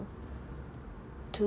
to